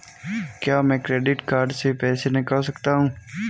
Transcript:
क्या मैं credit card से पैसे निकाल सकता हूँ?